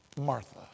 Martha